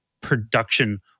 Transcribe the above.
production